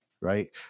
right